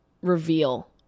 reveal